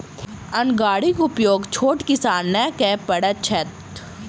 अन्न गाड़ीक उपयोग छोट किसान नै कअ पबैत छैथ